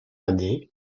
année